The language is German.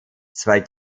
zwei